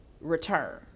return